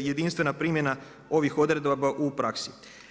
jedinstvena primjena ovih odredaba u praksi.